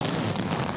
הגיב.